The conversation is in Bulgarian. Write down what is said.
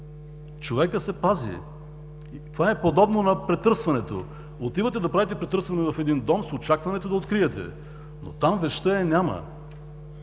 Човекът се пази, това е подобно на претърсването – отивате да правите претърсване в един дом с очакването да откриете, но там вещта я няма.